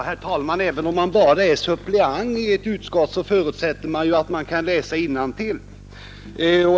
Herr talman! Även om man bara är suppleant i ett utskott så förutsätts det att man kan läsa innantill.